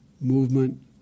movement